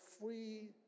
free